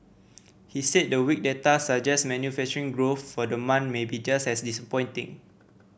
he said the weak data suggests manufacturing growth for the month may be just as disappointing